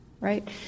right